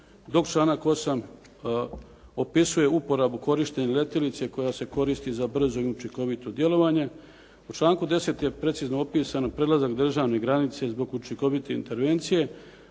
dok članak 8. opisuje uporabu korištenja letjelice koja se koristi za brzo i učinkovito djelovanje. U članku 10. je precizno opisan prelazak državne granice zbog učinkovite intervencije,